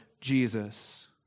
Jesus